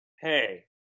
hey